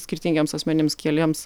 skirtingiems asmenims keliems